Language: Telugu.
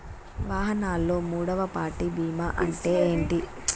వాహనాల్లో మూడవ పార్టీ బీమా అంటే ఏంటి?